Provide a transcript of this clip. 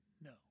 no